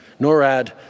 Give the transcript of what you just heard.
NORAD